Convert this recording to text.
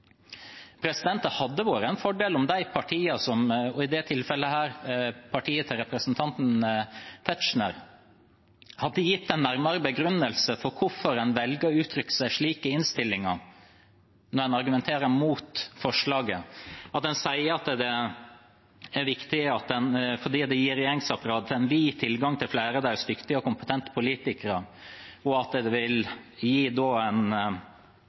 Det hadde vært en fordel om partiene – i dette tilfellet partiet til representanten Tetzschner – hadde gitt en nærmere begrunnelse for hvorfor en velger å uttrykke seg slik i innstillingen, når en argumenterer mot forslaget. Når en sier at det er viktig fordi det gir regjeringsapparatet «en vid tilgang til flere av deres dyktige og kompetente politikere», og at det i noen tilfeller vil gi